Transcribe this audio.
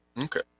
okay